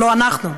לא אנחנו.